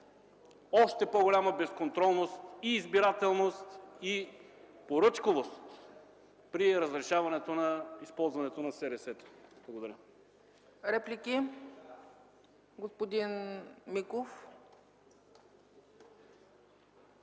още по-голяма безконтролност, избирателност и поръчковост при разрешаването на използването на СРС-та. Благодаря ПРЕДСЕДАТЕЛ ЦЕЦКА